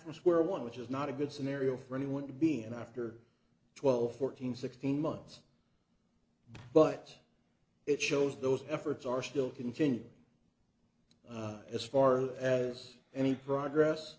to square one which is not a good scenario for anyone to be in after twelve fourteen sixteen months but it shows those efforts are still continuing as far as any progress